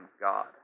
God